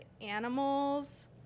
animals